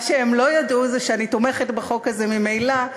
מה שהם לא ידעו זה שאני תומכת בחוק הזה ממילא,